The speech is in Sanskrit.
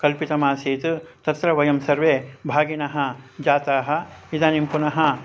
कल्पितमासीत् तत्र वयं सर्वे भागिनः जाताः इदानीं पुनः